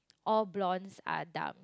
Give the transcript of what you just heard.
all blondes are dumb